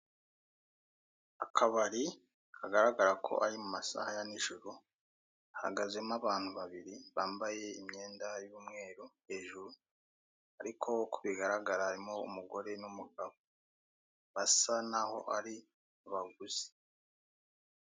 Akabari hagaragara ko ari mumasaha ya nijoro, hahagazemo abantu babiri bambaye imyenda y'umweru hejuru, ariko uko bigaragara harimo umugore n'umugabo basa n'aho ari abaguzi.